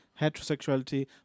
heterosexuality